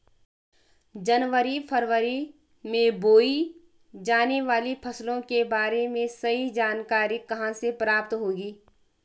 जनवरी फरवरी में बोई जाने वाली फसलों के बारे में सही जानकारी कहाँ से प्राप्त होगी?